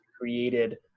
created